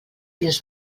dins